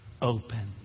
open